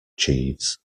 jeeves